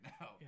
now